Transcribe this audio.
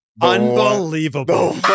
unbelievable